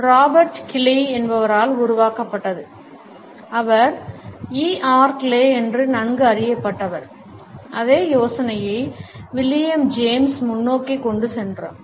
Robert Clay என்பவரால் உருவாக்கப்பட்டது அவர் E R Clay என்று நன்கு அறியப்பட்டவர் அதே யோசனையை வில்லியம்ஜேம்ஸும் William James முன்னோக்கி கொண்டு சென்றோம்